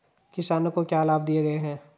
किसानों को क्या लाभ दिए गए हैं?